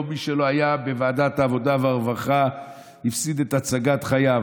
מי שלא היה היום בוועדת העבודה והרווחה הפסיד את הצגת חייו.